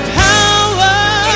power